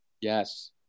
Yes